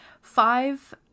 five